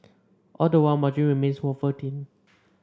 all the while margin remains wafer thin